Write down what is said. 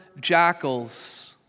jackals